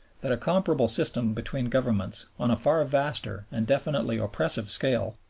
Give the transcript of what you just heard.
that a comparable system between governments, on a far vaster and definitely oppressive scale,